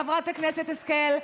חברת הכנסת השכל,